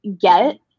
get